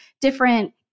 different